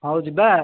ହଉ ଯିବା